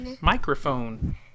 Microphone